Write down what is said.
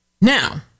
Now